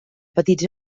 petits